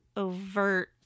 Overt